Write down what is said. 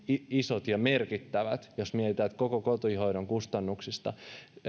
isot ja merkittävät kun mietitään että koko kotihoidon kustannuksista